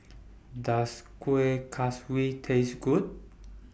Does Kueh Kaswi Taste Good